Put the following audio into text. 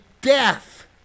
death